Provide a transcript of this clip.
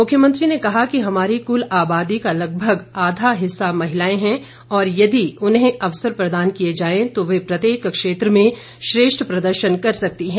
मुख्यमंत्री ने कहा कि हमारी कुल आबादी का लगभग आधा हिस्सा महिलाएं है और यदि उन्हें अवसर प्रदान किए जाए तो वे प्रत्येक क्षेत्र में श्रेष्ठ प्रदर्शन कर सकती हैं